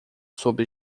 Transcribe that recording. sobre